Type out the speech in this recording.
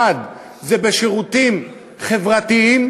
1. בשירותים חברתיים,